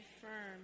firm